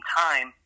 time